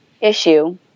issue